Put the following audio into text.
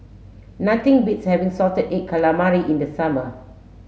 nothing beats having salted egg calamari in the summer